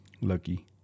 Lucky